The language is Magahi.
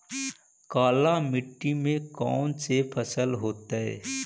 काला मिट्टी में कौन से फसल होतै?